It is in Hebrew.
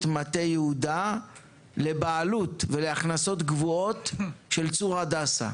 מטה יהודה לבעלות ולהכנסות קבועות של צור הדסה?